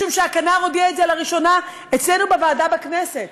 משום שהכנ"ר הודיע את זה לראשונה אצלנו בוועדה בכנסת,